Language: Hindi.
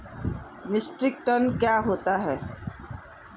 मीट्रिक टन क्या होता है?